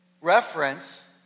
reference